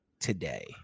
today